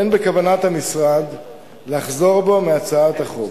3. אין בכוונת המשרד לחזור בו מהצעת החוק,